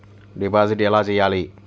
Deposit ఎలా చెయ్యాలి?